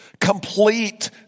Complete